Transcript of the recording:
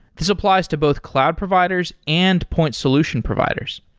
this applies to both cloud providers and point solution providers.